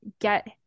get